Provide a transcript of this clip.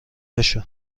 بشو